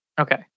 Okay